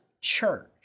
church